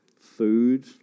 food